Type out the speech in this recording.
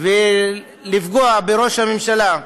לפגוע בראש הממשלה,